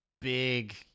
big